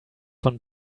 von